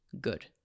good